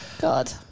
God